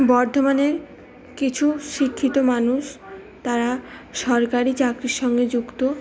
বর্ধমানের কিছু শিক্ষিত মানুষ তারা সরকারি চাকরির সঙ্গে যুক্ত